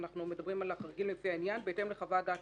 אנחנו מדברים על החריגים לפי העניין בהתאם לחוות דעת